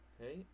hey